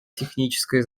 техническая